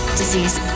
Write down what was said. disease